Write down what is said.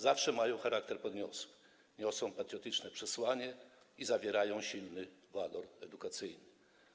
Zawsze mają charakter podniosły, niosą patriotyczne przesłanie i zawierają silny walor edukacyjny.